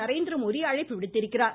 நரேந்திரமோதி அழைப்பு விடுத்திருக்கிறார்